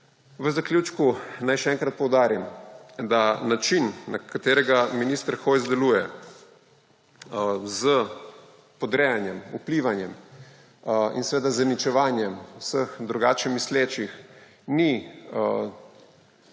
V zaključku naj še enkrat poudarim, da način, na katerega minister Hojs deluje, s podrejanjem, vplivanjem in seveda zaničevanjem vseh drugače mislečih, ni